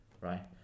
Right